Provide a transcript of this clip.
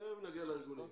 תכף נגיע לארגונים.